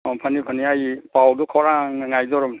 ꯑꯣ ꯐꯅꯤ ꯐꯅꯤ ꯑꯩ ꯄꯥꯎꯗꯨ ꯈꯧꯔꯥꯡꯅ ꯉꯥꯏꯗꯣꯔꯝꯅꯤ